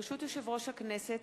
ברשות יושב-ראש הכנסת,